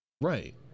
right